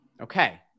Okay